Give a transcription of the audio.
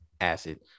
acid